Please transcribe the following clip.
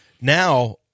Now